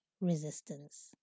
resistance